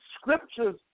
scriptures